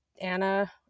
Anna